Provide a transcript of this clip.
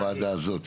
הוועדה הזאת.